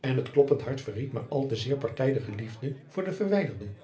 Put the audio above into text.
en het kloppend hart verried maar al te zeer partijdige liefde voor den verwijderden